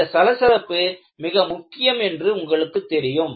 இந்த சலசலப்பு மிக முக்கியம் என்று உங்களுக்கு தெரியும்